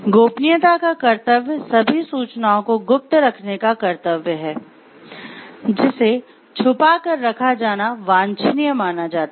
गोपनीयता का कर्तव्य सभी सूचनाओं को गुप्त रखने का कर्तव्य है जिसे छुपा कर रखा जाना वांछनीय माना जाता है